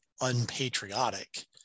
unpatriotic